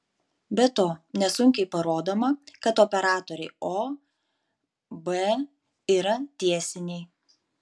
be to nesunkiai parodoma kad operatoriai o b yra tiesiniai